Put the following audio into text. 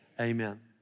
Amen